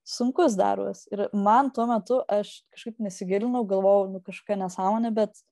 sunkus darbas ir man tuo metu aš kažkaip nesigilinau galvojau nu kažkokia nesąmonė bet